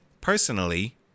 personally